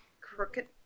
Crooked